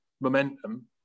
momentum